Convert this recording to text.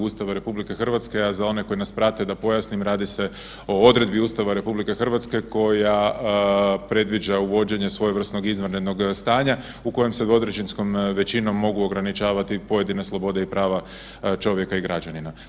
Ustava RH, a za one koji nas prate da pojasnim radi se o odredbi Ustava RH koja predviđa svojevrsnog izvanrednog stanja, u kojem se 2/3 većinskom mogu ograničavati pojedine slobode i prava čovjeka i građanina.